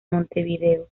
montevideo